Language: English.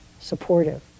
supportive